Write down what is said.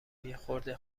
یخورده